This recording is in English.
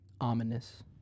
Ominous